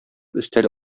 өстәл